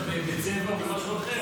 נהג כבר עובד עכשיו בצבע או במשהו אחר,